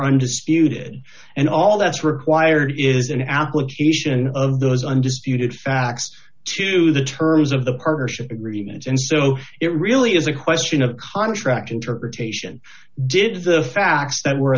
undisputed and all that's required is an application of those undisputed facts to the terms of the partnership agreement and so it really is a question of contract interpretation did the facts that were